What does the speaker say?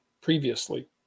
previously